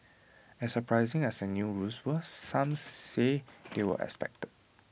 as surprising as the new rules were some say they were expected